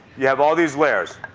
you have all these layers.